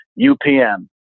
UPM